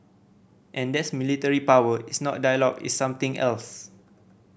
and that's military power it's not dialogue it's something else